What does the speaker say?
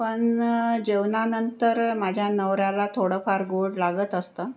पण जेवणानंतर माझ्या नवऱ्याला थोडंफार गोड लागत असतं